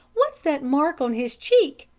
what's that mark on his cheek?